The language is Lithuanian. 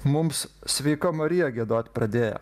mums sveika marija giedot pradėjo